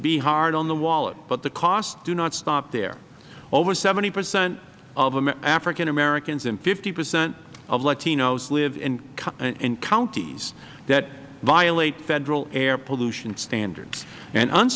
be hard on the wallet but the costs do not stop there over seventy percent of african americans and fifty percent of latinos live in counties that violate federal air pollution standards and